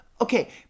okay